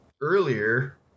earlier